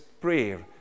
prayer